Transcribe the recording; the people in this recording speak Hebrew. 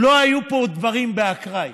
לא היו פה דברים באקראי,